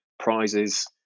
prizes